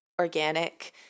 organic